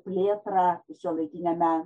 plėtrą šiuolaikiniame